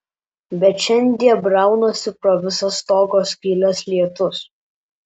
bet šiandie braunasi pro visas stogo skyles lietus